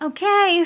Okay